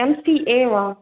எம்சிஏவா